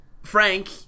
Frank